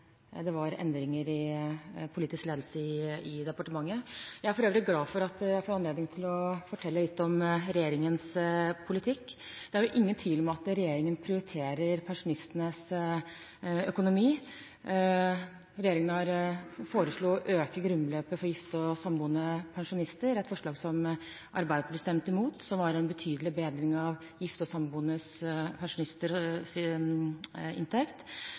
det ble endringer i politisk ledelse i departementet. Jeg er for øvrig glad for at jeg får anledning til å fortelle litt om regjeringens politikk. Det er ingen tvil om at regjeringen prioriterer pensjonistenes økonomi. Regjeringen foreslo å øke grunnbeløpet for gifte og samboende pensjonister, et forslag som Arbeiderpartiet stemte imot, som var en betydelig bedring av gifte og